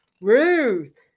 Ruth